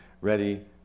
ready